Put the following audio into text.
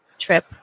trip